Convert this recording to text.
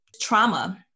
trauma